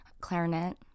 clarinet